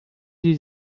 sie